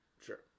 Sure